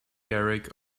eric